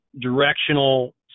directional